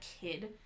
kid